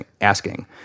asking